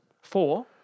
Four